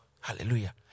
Hallelujah